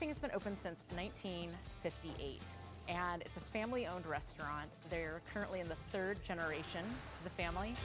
think it's been open since the nineteen fifty eight and it's a family owned restaurant they are currently in the third generation of the family